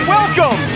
Welcome